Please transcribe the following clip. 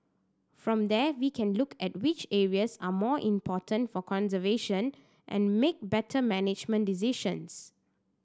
from there we can look at which areas are more important for conservation and make better management decisions